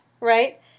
right